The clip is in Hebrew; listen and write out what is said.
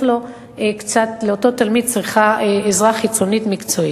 אותו תלמיד צריך עזרה חיצונית מקצועית.